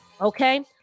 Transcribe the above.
Okay